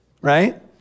right